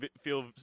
feel